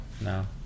no